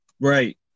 Right